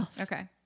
Okay